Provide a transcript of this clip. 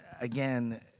again